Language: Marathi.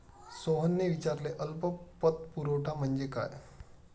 सोहनने विचारले अल्प पतपुरवठा म्हणजे काय?